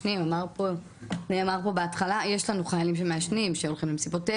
לתל-אביב, ניסיתי להמשיך